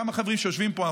גם החברים שיושבים פה,